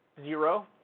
Zero